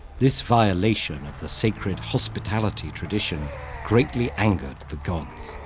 this violation of the sacred hospitality tradition greatly angered the gods.